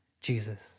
Jesus